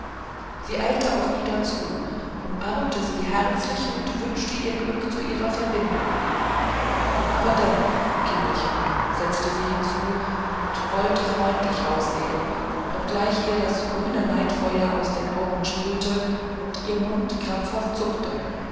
sie eilte auf ida zu umarmte sie herzlich und wünschte ihr glück zu ihrer verbindung aber dennoch kinderchen setzte sie hinzu und wollte freundlich aussehen obgleich ihr das grüne neidfeuer aus den augen sprühte und ihr mund krampfhaft zuckte